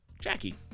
Jackie